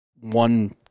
one